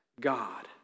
God